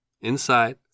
Inside